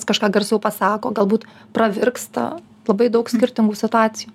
jis kažką garsiau pasako galbūt pravirksta labai daug skirtingų situacijų